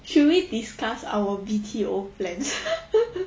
should we discuss our B_T_O plans